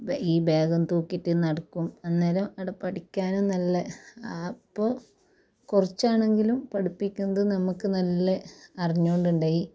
ഈ ബാഗും തൂക്കിട്ട് നടക്കും അന്നേരം ആടെ പഠിക്കാനും നല്ല അപ്പോൾ കുറച്ചാണെങ്കിലും പഠിപ്പിക്കുന്നത് നമുക്ക് നല്ല അറിഞ്ഞോണ്ട് ഉണ്ടായി